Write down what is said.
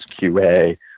QA